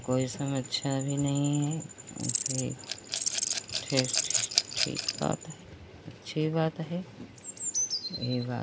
कोई संग अच्छा भी नहीं है और कोई ठ ठीक बात है अच्छी बात है वही बात है